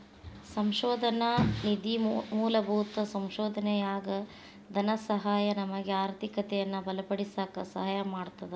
ಸಂಶೋಧನಾ ನಿಧಿ ಮೂಲಭೂತ ಸಂಶೋಧನೆಯಾಗ ಧನಸಹಾಯ ನಮಗ ಆರ್ಥಿಕತೆಯನ್ನ ಬಲಪಡಿಸಕ ಸಹಾಯ ಮಾಡ್ತದ